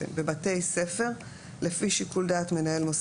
בבתי ספר לפי שיקול דעת מנהל מוסד החינוך